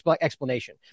explanation